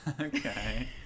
Okay